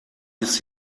ist